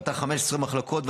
פתח 15 מחלקות,